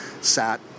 sat